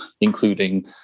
including